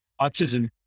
autism